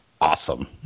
Awesome